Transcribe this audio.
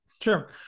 Sure